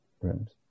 rooms